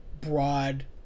broad